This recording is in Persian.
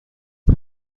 این